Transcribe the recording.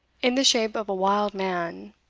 in the shape of a wild man,